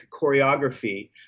choreography